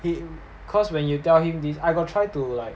it cause when you tell him this I got try to like